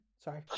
Sorry